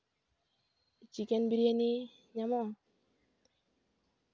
chicken biryani ᱧᱟᱢᱚᱜᱼᱟ